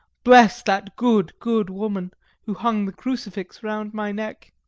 bless that good, good woman who hung the crucifix round my neck!